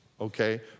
Okay